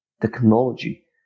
technology